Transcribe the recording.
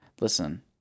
listen